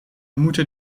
moeten